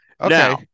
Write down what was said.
Okay